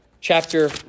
chapter